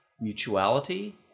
mutuality